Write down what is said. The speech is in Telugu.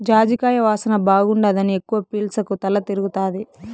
జాజికాయ వాసన బాగుండాదని ఎక్కవ పీల్సకు తల తిరగతాది